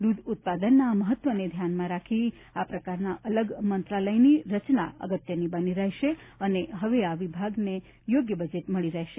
દૂધ ઉત્પાદનના આ મહત્વને ધ્યાનમાં રાખી આ પ્રકારના અલગ મંત્રાલયની રચના અગત્યની બની રહેશે અને હવે આ વિભાગની યોગ્ય બજેટ મળી રહેશે